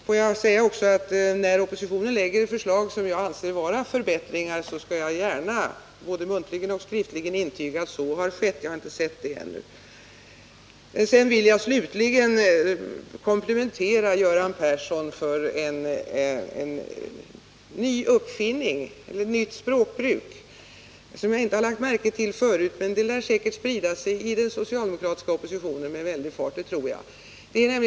Låt mig säga också att när oppositionen lägger fram förslag som jag anser vara förbättringar, skall jag gärna både muntligen och skriftligen intyga att så har skett. Jag har inte sett det ännu. Slutligen vill jag komplimentera Göran Persson för en ny uppfinning, ett nytt språkbruk, som jag inte har lagt märke till förut. Men det kommer säkert att sprida sig i den socialdemokratiska oppositionen med väldig fart, tror jag.